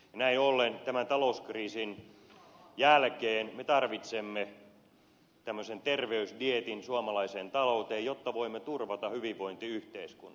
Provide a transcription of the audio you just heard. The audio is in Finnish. näin ollen tämän talouskriisin jälkeen me tarvitsemme tämmöisen terveysdieetin suomalaiseen talouteen jotta voimme turvata hyvinvointiyhteiskunnan